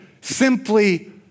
simply